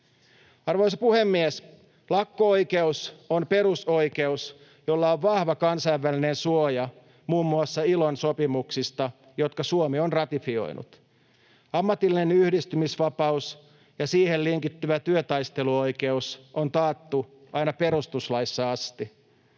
Arvoisa puhemies! Lakko-oikeus on perusoikeus, jolla on vahva kansainvälinen suoja muun muassa ILOn sopimuksista, jotka Suomi on ratifioinut. Ammatillinen yhdistymisvapaus ja siihen linkittyvä työtaisteluoikeus on taattu aina perustuslaissa asti.